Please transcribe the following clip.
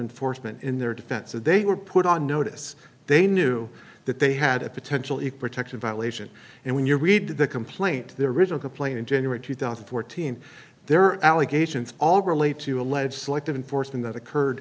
enforcement in their defense so they were put on notice they knew that they had a potentially protection violation and when you read the complaint their original complaint in january two thousand and fourteen their allegations all relate to alleged selective enforcement that occurred